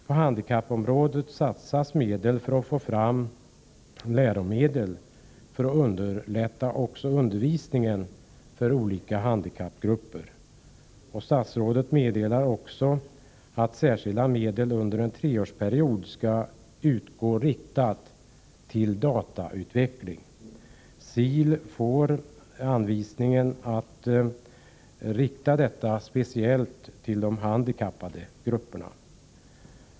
På handikappområdet satsas medel för att få fram läromedel som kan underlätta undervisningen för olika handikappgrupper. Statsrådet meddelar också att särskilda medel under en treårsperiod skall utgå, riktade till datautveckling. SIL får anvisning att rikta resurserna speciellt till handikappade grupper.